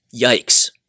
Yikes